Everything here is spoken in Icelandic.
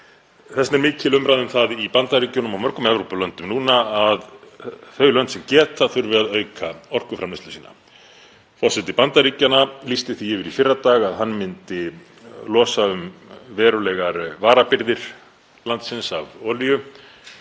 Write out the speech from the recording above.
vegna er mikil umræða um það í Bandaríkjunum og mörgum Evrópulöndum núna að þau lönd sem geta, þurfi að auka orkuframleiðslu sína. Forseti Bandaríkjanna lýsti því yfir í fyrradag að hann myndi losa um verulegar varabirgðir landsins af olíu.